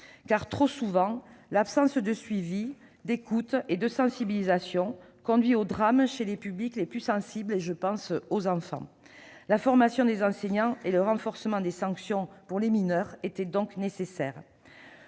Car trop souvent l'absence de suivi, d'écoute et de sensibilisation conduit au drame chez les publics les plus sensibles- je pense aux enfants. La formation des enseignants et le renforcement des sanctions pour les mineurs étaient donc nécessaires.